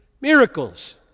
miracles